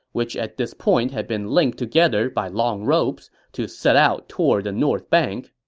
which at this point had been linked together by long ropes, to set out toward the north bank.